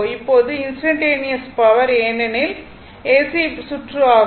இப்போது instantaneous power ஏனெனில் AC சுற்று ஆகும்